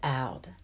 out